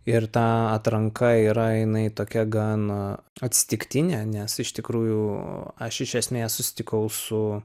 ir ta atranka yra jinai tokia gan atsitiktinė nes iš tikrųjų aš iš esmės susitikau su